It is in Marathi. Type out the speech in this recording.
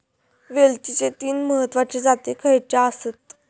वेलचीचे तीन महत्वाचे जाती खयचे आसत?